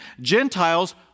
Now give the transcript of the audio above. Gentiles